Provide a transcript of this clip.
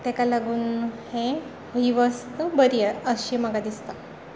तेका लागून हें ही वस्त बरी आहा अशी म्हाका दिसता